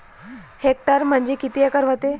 Hectare म्हणजे किती acre व्हते?